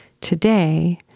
today